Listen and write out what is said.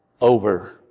over